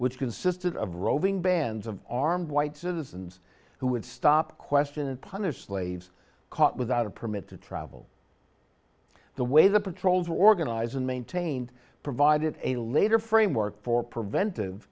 which consisted of roving bands of armed white citizens who would stop question and punish slaves caught without a permit to travel the way the patrols are organized and maintained provided a later framework for preventive